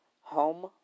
home